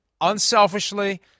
Unselfishly